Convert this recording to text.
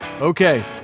Okay